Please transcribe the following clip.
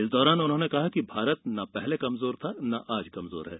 इस दौरान उन्होंने कहा कि भारत न पहले कमजोर था और न आज कमजोर है